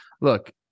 look